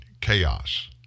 chaos